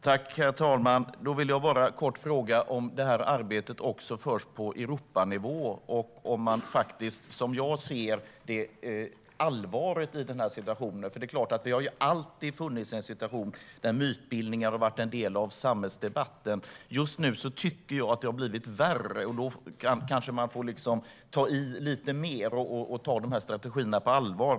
Herr talman! Då vill jag bara kort fråga: Förs detta arbete också på Europanivå, och ser man, liksom jag, allvaret i denna situation? Det har alltid funnits en situation där mytbildning har varit en del av samhällsdebatten. Just nu tycker jag att det har blivit värre, och då får man kanske ta i lite mer och ta strategierna på allvar.